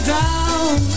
down